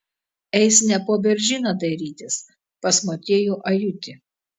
eis ne po beržyną dairytis pas motiejų ajutį